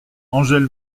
angèle